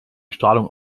strahlung